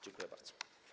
Dziękuję bardzo.